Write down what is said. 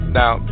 now